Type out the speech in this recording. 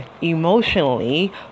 emotionally